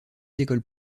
écoles